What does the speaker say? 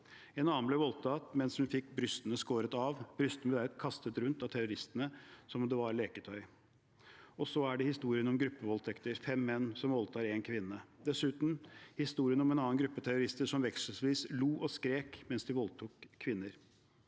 En annen ble voldtatt mens hun fikk brystene skåret av. Brystene ble deretter kastet rundt av terroristene som om det var leketøy. Og så er det historiene om gruppevoldtekter: Fem menn som voldtar én kvinne. Dessuten: Historien om en annen gruppe terrorister som vekselvis lo og skrek mens de voldtok kvinner.